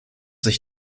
sich